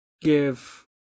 give